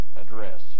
address